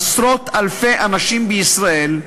עשרות-אלפי אנשים בישראל,